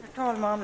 Herr talman!